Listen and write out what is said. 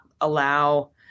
allow